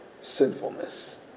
sinfulness